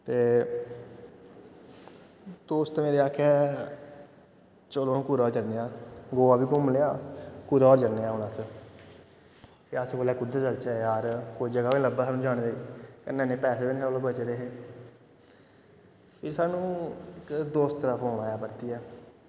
ते दोस्त मेरे आक्खै चलो हां कुतै होर जन्ने आं गोवा बी घूमी लेआ कुतै होर जन्ने आं हून अस ते अस बोलेआ कुद्धर चलचै यार कोई जगह् बी लब्भै सानूं जाने दी इन्ने इन्ने पैसे बी निं साढ़े कोल बचे दे हे फ्ही सानूं इक दोस्तै दा फोन आया परतियै